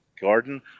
garden